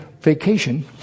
vacation